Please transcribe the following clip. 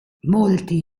molti